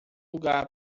lugar